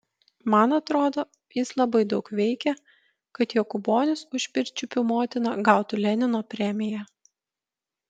man atrodo jis labai daug veikė kad jokūbonis už pirčiupių motiną gautų lenino premiją